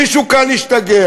מישהו כאן השתגע.